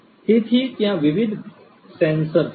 તેથી ત્યાં વિવિધ સેન્સર છે